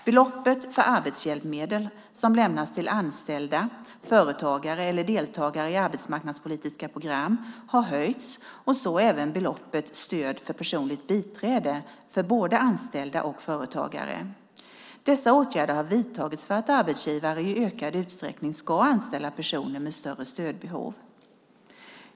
Beloppet för arbetshjälpmedel som lämnas till anställda, företagare eller deltagare i arbetsmarknadspolitiska program har höjts och så även beloppet till stöd för personligt biträde för både anställda och företagare. Dessa åtgärder har vidtagits för att arbetsgivare i ökad utsträckning ska anställa personer med större stödbehov.